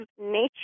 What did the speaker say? nature